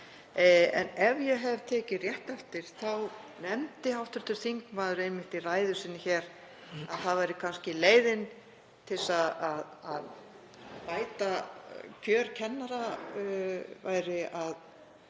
Ef ég hef tekið rétt eftir þá nefndi hv. þingmaður í ræðu sinni að það væri kannski leiðin til að bæta kjör kennara að